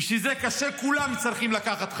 כשזה קשה, כולם צריכים לקחת חלק,